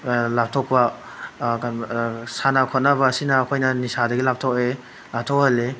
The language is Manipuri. ꯂꯥꯞꯊꯣꯛꯄ ꯁꯥꯟꯅ ꯈꯣꯠꯅꯕ ꯑꯁꯤꯅ ꯑꯩꯈꯣꯏꯅ ꯅꯤꯁꯥꯗꯒꯤ ꯂꯥꯞꯊꯣꯛꯑꯦ ꯂꯥꯞꯊꯣꯛꯍꯜꯂꯤ